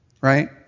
Right